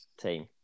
team